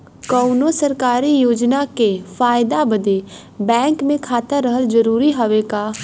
कौनो सरकारी योजना के फायदा बदे बैंक मे खाता रहल जरूरी हवे का?